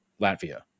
latvia